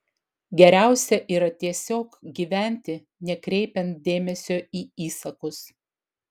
geriausia yra tiesiog gyventi nekreipiant dėmesio į įsakus